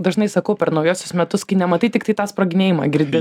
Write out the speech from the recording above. dažnai sakau per naujuosius metus kai nematai tiktai tą sproginėjimą girdi